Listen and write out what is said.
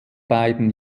beiden